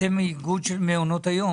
אתם איגוד של מעונות היום.